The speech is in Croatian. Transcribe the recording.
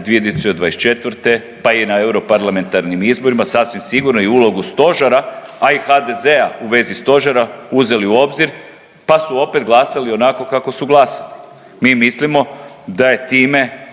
2024. pa i na euro parlamentarnim izborima sasvim sigurno i ulogu Stožera, a i HDZ-a u vezi Stožera uzeli u obzir pa su opet glasali onako kako su glasali. Mi mislimo da je time